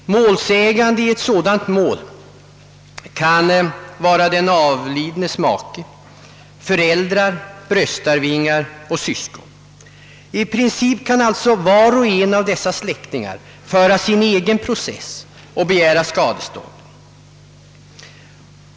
Målsägande i ett sådant mål kan vara den avlidnes make, föräldrar, bröstarvingar och syskon. I princip kan alltså var och en av dessa släktingar föra sin egen process och begära skadestånd.